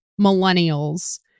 millennials